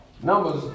Numbers